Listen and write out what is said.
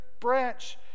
branch